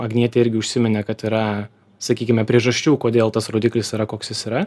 agnietė irgi užsiminė kad yra sakykime priežasčių kodėl tas rodiklis yra koks jis yra